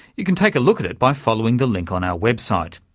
you can take a look at it by following the link on our website.